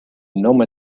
nome